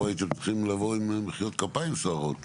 פה הייתם צריכים לבוא עם מחיאות כפיים סוערות.